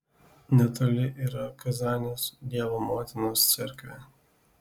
netoli yra kazanės dievo motinos cerkvė